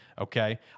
Okay